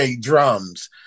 drums